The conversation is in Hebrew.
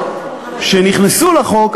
שנכנסו לחוק,